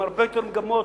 עם הרבה יותר מגמות,